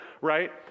right